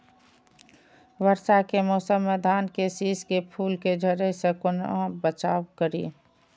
वर्षा के मौसम में धान के शिश के फुल के झड़े से केना बचाव करी?